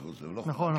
נכון.